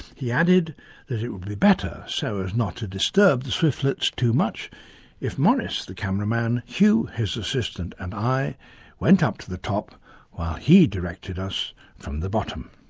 he added that it would be better so as not to disturb the swiftlets too much if maurice the cameraman, hugh his assistant and i went up to the top while he directed us from the bottom.